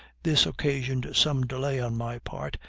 this occasioned some delay on my part,